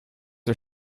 are